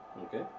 Okay